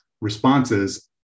responses